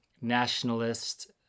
nationalist